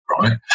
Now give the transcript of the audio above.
right